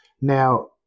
now